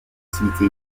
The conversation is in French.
proximité